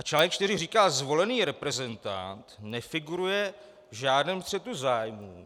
Článek 4 říká, že zvolený reprezentant nefiguruje v žádném střetu zájmů;